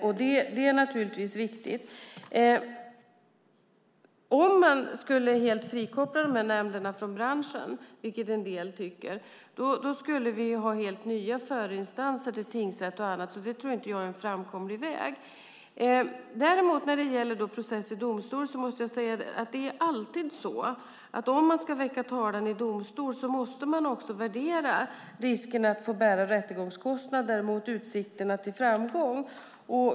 Om man helt skulle frikoppla nämnderna från branschen, vilket en del tycker, skulle vi behöva nya förinstanser till tingsrätt och annat, så det tror jag inte är en framkomlig väg. När det gäller process i domstol måste man alltid väga risken att få bära rättegångskostnader mot utsikterna till framgång.